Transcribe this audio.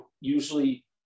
usually